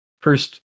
first